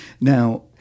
Now